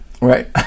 Right